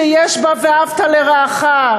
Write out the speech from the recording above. שיש בה ואהבת לרעך,